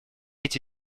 эти